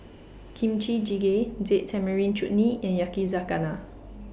Kimchi Jjigae Date Tamarind Chutney and Yakizakana